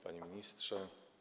Panie Ministrze!